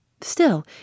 Still